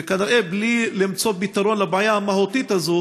וכנראה בלי למצוא פתרון לבעיה המהותית הזו